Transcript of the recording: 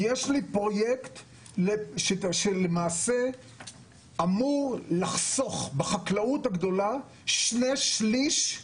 יש לי פרויקט שלמעשה אמור לחסוך בחקלאות הגדולה שני שלישים